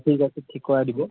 ঠিক আছে ঠিক কৰাই দিব